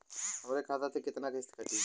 हमरे खाता से कितना किस्त कटी?